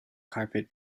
carpet